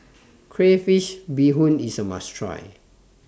Crayfish Beehoon IS A must Try